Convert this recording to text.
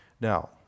Now